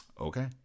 Okay